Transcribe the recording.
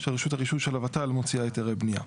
שרשות הרישוי של הות"ל מוציאה היתרי בניה.